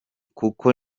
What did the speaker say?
kuko